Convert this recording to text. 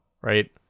Right